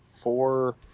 four